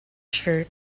shirt